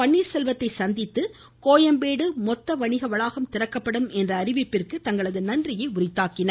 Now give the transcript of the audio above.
பன்னீர்செல்வத்தை சந்தித்து கோயம்பேடு மொத்த வணிக வளாகம் திறக்கப்படும் அறிவிப்பிற்கு தங்களது என்ற நன்றியை தெரிவித்துக்கொண்டனர்